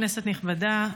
כנסת נכבדה,